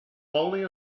lonely